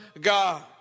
God